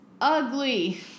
ugly